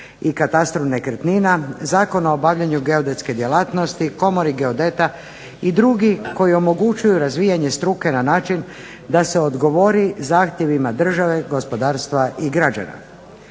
i katastru nekretnina, Zakona o obavljanju geodetske djelatnosti, Komori geodeta i drugi koji omogućuju razvijanje struke na način da se odgovori zahtjevima države, gospodarstva i građana.